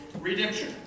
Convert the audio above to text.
Redemption